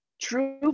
True